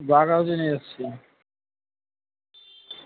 যা খাবে সেটা নিয়ে এসছি